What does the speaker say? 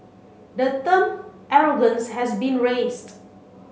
the term arrogance has been raised